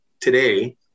today